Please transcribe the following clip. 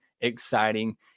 exciting